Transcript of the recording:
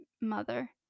mother